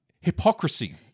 hypocrisy